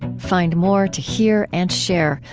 find more to hear and share,